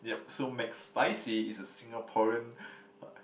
yep so McSpicy is a Singaporean